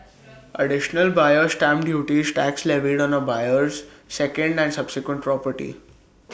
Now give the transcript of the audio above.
additional buyer's stamp duty is tax levied on A buyer's second and subsequent property